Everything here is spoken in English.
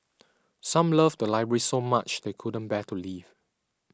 some love the library so much they couldn't bear to leave